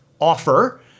offer